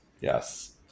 yes